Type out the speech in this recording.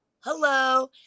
hello